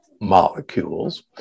molecules